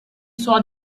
saw